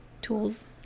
tools